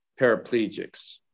paraplegics